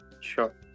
Sure